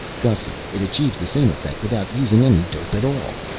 gussy, it achieves the same effect without using any dope at all.